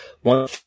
one